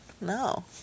No